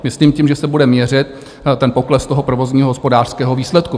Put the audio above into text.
Myslím tím, že se bude měřit ten pokles provozního hospodářského výsledku.